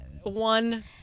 one